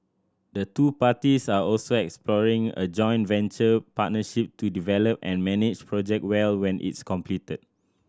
the two parties are also exploring a joint venture partnership to develop and manage Project Jewel when it is completed